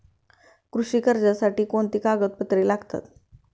कृषी कर्जासाठी कोणती कागदपत्रे लागतात?